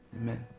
Amen